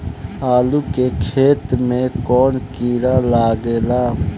आलू के खेत मे कौन किड़ा लागे ला?